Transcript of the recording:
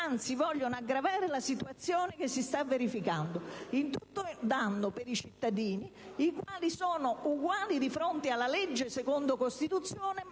Anzi, vogliono aggravare la situazione che si sta verificando, a tutto danno dei cittadini, i quali sono uguali di fronte alla legge secondo Costituzione,